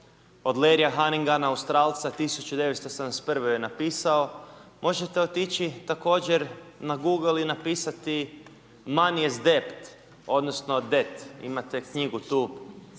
od Leria Hanginga, Australca, 1971.-e ju je napisao, možete otići također na google i napisati Mani is zdept odnosno det, imate knjigu tu,